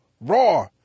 raw